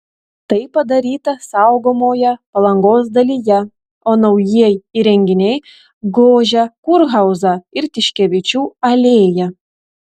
tai padaryta saugomoje palangos dalyje o naujieji įrenginiai gožia kurhauzą ir tiškevičių alėją